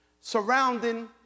surrounding